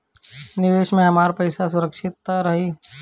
निवेश में हमार पईसा सुरक्षित त रही?